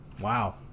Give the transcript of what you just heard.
Wow